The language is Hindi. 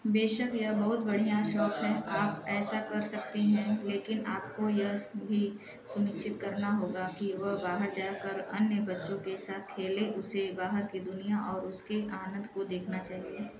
बेशक यह बहुत बढ़िया शौक़ है आप ऐसा कर सकती हैं लेकिन आपको यह भी सुनिश्चित करना होगा कि वह बाहर जा कर अन्य बच्चों के साथ खेले उसे बाहर की दुनिया और उसके आनंद को देखना चाहिए